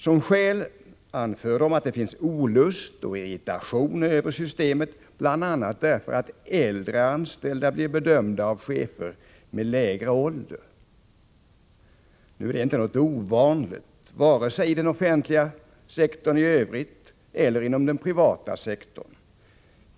Som skäl anför de att det råder olust och irritation över systemet, bl.a. därför att äldre anställda blir bedömda av chefer med lägre ålder. Nu är detta inte något ovanligt vare sig i den offentliga sektorn i övrigt eller inom den privata sektorn.